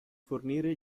fornire